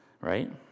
right